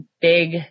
big